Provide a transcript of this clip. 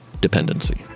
dependency